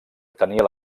tenia